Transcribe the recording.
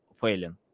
failing